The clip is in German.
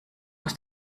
aus